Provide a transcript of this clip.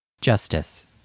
Justice